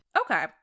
Okay